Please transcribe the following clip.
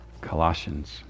Colossians